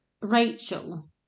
Rachel